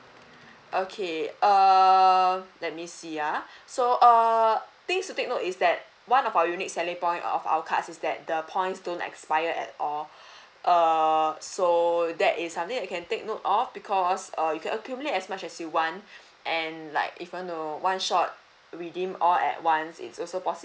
okay uh let me see ah so err things to take note is that one of our unique selling point of our cards is that the points don't expire at all err so that is something that you can take note of because err you can accumulate as much as you want and like if you want to one shot redeem all at once it's also possible